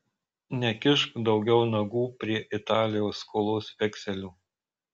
nekišk daugiau nagų prie italijos skolos vekselių